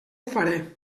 faré